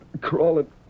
Crawling